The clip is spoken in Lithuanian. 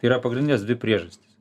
yra pagrindinės dvi priežastys